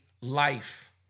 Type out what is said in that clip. life